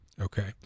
okay